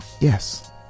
Yes